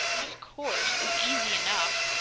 of course! it's easy enough!